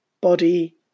body